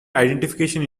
identification